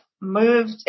moved